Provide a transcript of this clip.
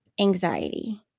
anxiety